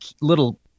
little